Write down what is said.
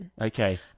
Okay